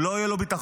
לא היה ביטחון,